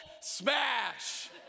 smash